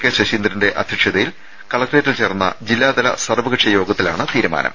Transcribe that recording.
K ശശീന്ദ്രന്റെ അധ്യക്ഷതയിൽ കലക്ടറേറ്റിൽ ചേർന്ന ജില്ലാതല സർവ്വകക്ഷി യോഗത്തിലാണ് തീരുമാനം